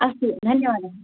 अस्तु धन्यवादः